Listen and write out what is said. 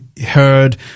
heard